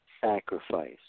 sacrifice